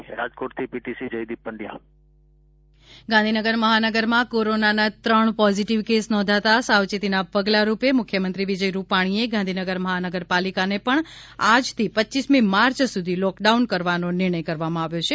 Gandhinagar lock out Gandhinagar મહાનગરમાં કોરોનાના ત્રણ પોઝીટીવ કેસ નોધાતા સાવચેતીના પગલારૂપે મુખ્યમંત્રી વિજય રૂપાણીએ ગાંધીનગર મહાનગરપાલિકાને પણ આજથી રપમી માર્ય સુધી લોકડાઉન કરવાનો નિર્ણય કરવામાં આવ્યો છે